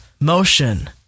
motion